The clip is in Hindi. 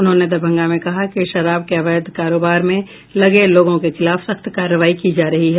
उन्होंने दरभंगा में कहा कि शराब के अवैध करोबार में लगे लोगों के खिलाफ सख्त कार्रवाई की जा रही है